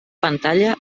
pantalla